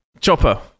Chopper